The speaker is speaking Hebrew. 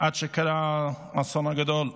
עד שקרה האסון הגדול.